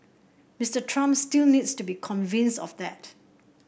Mister Trump still needs to be convinced of that